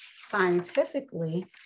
scientifically